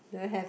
don't have